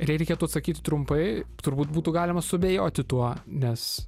ir jei reikėtų atsakyti trumpai turbūt būtų galima suabejoti tuo nes